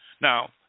Now